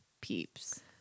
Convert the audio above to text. Peeps